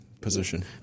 position